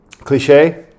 Cliche